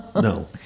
No